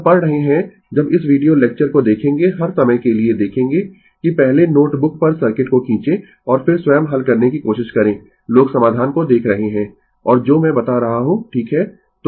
जब पढ़ रहे हैं जब इस वीडियो लेक्चर को देखेंगें हर समय के लिए देखेंगें कि पहले नोट बुक पर सर्किट को खींचें और फिर स्वयं हल करने की कोशिश करें लोग समाधान को देख रहे है और जो मैं बता रहा हूं ठीक है